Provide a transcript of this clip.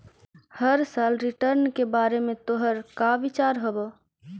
हर साल रिटर्न के बारे में तोहर का विचार हवऽ?